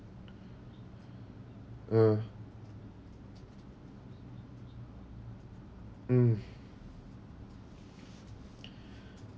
ah mm